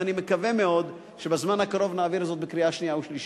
ואני מקווה מאוד שבזמן הקרוב נעביר זאת בקריאה שנייה ושלישית.